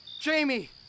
Jamie